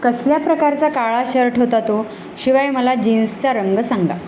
कसल्या प्रकारचा काळा शर्ट होता तो शिवाय मला जीन्सचा रंग सांगा